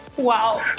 Wow